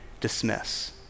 dismiss